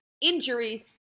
injuries